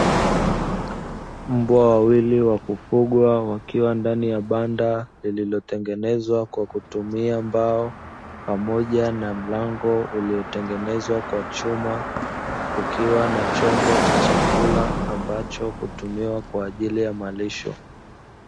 Mbwa wawili wa kufugwa wakiwa ndani ya banda lililotengenezwa kwa kutumia mbao, pamoja na mlango uliotengenezwa kwa chuma kukiwa na chombo cha chakula ambacho hutumiwa kwa ajili ya malisho.